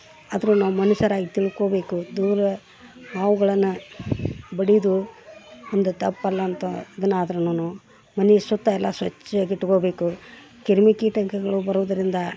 ಆದರೂ ನಾವು ಮನುಷ್ಯರಾಗಿ ತಿಳ್ಕೋಬೇಕು ದೂರ ಹಾವುಗಳನ ಬಡಿದು ಒಂದು ತಪ್ಪಲ್ಲ ಅಂತ ಇದನ್ನು ಆದ್ರುನು ಮನೆ ಸುತ್ತಯೆಲ್ಲ ಸ್ವಚ್ಚವಾಗಿ ಇಟ್ಕೋಬೇಕು ಕ್ರಿಮಿಕೀಟಕಗಳ್ ಬರೋದರಿಂದ